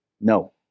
no